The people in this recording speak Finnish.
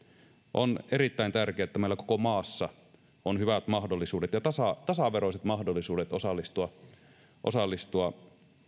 on erittäin tärkeää että meillä koko maassa on hyvät mahdollisuudet ja tasaveroiset mahdollisuudet osallistua osallistua